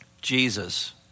Jesus